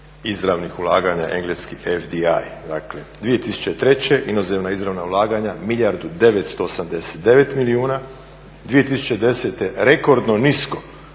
izravnih ulaganja engleski FDA. Dakle, 2003. inozemna izravna ulaganja milijardu i 989 milijuna, 2010. rekordno nisko